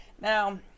now